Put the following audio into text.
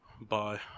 Bye